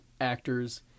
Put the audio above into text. actors